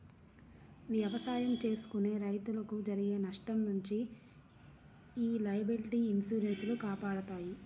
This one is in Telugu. ఎవసాయం చేసుకునే రైతులకు జరిగే నష్టం నుంచి యీ లయబిలిటీ ఇన్సూరెన్స్ లు కాపాడతాయి